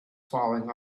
falling